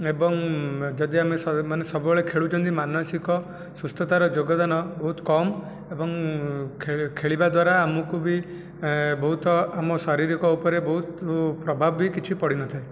ଏବଂ ଯଦି ଆମେ ମାନେ ସବୁବେଳେ ଖେଳୁଛନ୍ତି ମାନସିକ ସୁସ୍ଥତାର ଯୋଗଦାନ ବହୁତ କମ୍ ଏବଂ ଖେଳିବା ଦ୍ୱାରା ଆମକୁ ବି ବହୁତ ଆମ ଶାରୀରିକ ଉପରେ ବହୁତ ପ୍ରଭାବ ବି କିଛି ପଡ଼ିନଥାଏ